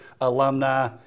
Alumni